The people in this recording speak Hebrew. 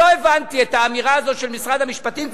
לא הבנתי את האמירה הזאת של משרד המשפטים,